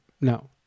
no